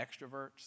extroverts